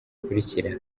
bikurikira